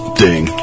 ding